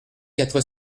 quatre